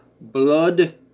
blood